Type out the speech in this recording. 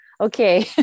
Okay